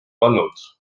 pannud